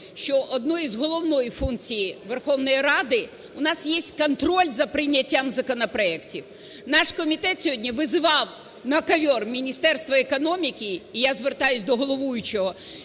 що одною з головних функцій Верховної Ради у нас є контроль за прийняттям законопроектів. Наш комітет сьогодні визивав "на ковер" Міністерство економіки, і я звертаюсь до головуючого,